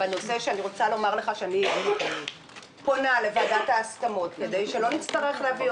שאני רוצה לומר לך שאני פונה לוועדת ההסכמות כדי שלא נצטרך להביא